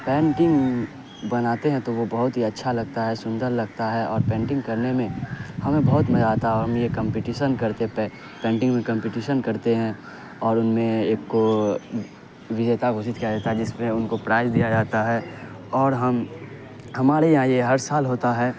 painting بناتے ہیں تو وہ بہت ہی اچھا لگتا ہے سندر لگتا ہے اور پینٹنگ کرنے میں ہمیں بہت مزہ آتا ہے اور ہم یہ کمپٹیسن کرتے پینٹنگ میں کمپٹیشن کرتے ہیں اور ان میں ایک کو وجیتا گھوشت کیا جاتا ہے جس پہ ان کو پرائز دیا جاتا ہے اور ہم ہمارے یہاں یہ ہر سال ہوتا ہے